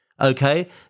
okay